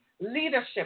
leadership